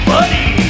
Buddy